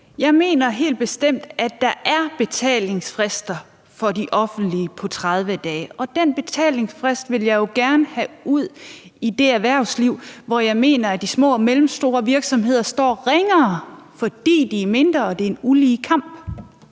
Jeg mener helt bestemt, at der er betalingsfrister for det offentlige på 30 dage, og den betalingsfrist vil jeg jo gerne have ud i det erhvervsliv, hvor jeg mener at de små og mellemstore virksomheder står ringere, fordi de er mindre og det er en ulige kamp.